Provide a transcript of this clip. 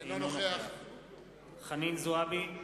אינו נוכח חנין זועבי,